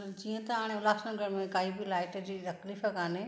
जीअं त हाणे उल्हासनगर में काइ बि लाइट जी तकलीफ़ कान्हे